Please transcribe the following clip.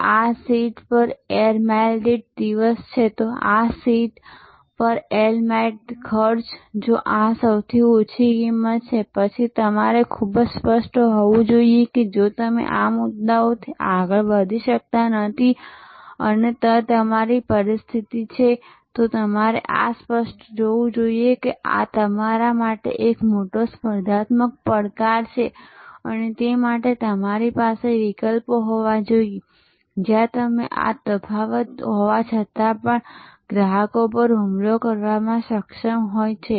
તો આ seat air mile દીઠ ખર્ચ જો આ સૌથી ઓછી કિંમત છે પછી તમારે ખૂબ સ્પષ્ટ હોવું જોઈએ કે જો તમે આ મુદ્દાઓથી આગળ વધી શકતા નથી અને તે તમારી સ્થિતિ છે તો તમારે સ્પષ્ટ હોવું જોઈએ કે આ તમારા માટે એક મોટો સ્પર્ધાત્મક પડકાર છે અને તે માટે અમારી પાસે વિકલ્પો હોવા જોઈએ જ્યાં તમે આ તફાવત હોવા છતાં ગ્રાહકો પર હુમલો કરવામાં સક્ષમ હોય છે